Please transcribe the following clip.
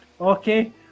Okay